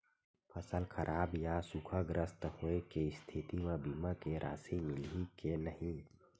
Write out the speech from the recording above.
फसल खराब या सूखाग्रस्त होय के स्थिति म बीमा के राशि मिलही के नही?